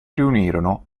riunirono